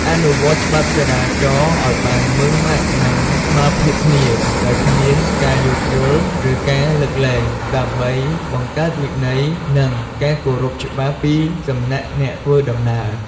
អនុវត្តច្បាប់ចរាចរណ៍ឱ្យបានម៉ឺងម៉ាត់ និងស្មើភាពគ្នា ដោយគ្មានការយោគយល់ ឬការលើកលែង ដើម្បីបង្កើតវិន័យ និងការគោរពច្បាប់ពីសំណាក់អ្នកធ្វើដំណើរ។